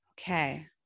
Okay